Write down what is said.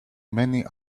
many